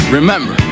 Remember